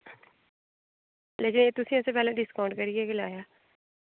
लेकिन एह् तुसें असें पैह्लें डिस्काउंट करियै गै लाया